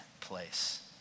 place